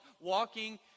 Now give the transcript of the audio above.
walking